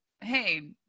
hey